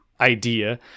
idea